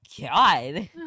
god